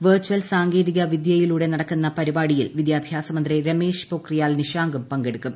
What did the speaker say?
virtual സാങ്കേതികവിദ്യയിലൂടെ നടക്കുന്ന പരിപാടിയിൽ വിദ്യാഭ്യാസ മന്ത്രി രമേഷ് പൊക്രിയാൽ നിഷാങ്കും പങ്കെടക്കും